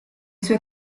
sue